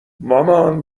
مامان